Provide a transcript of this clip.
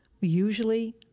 Usually